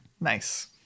Nice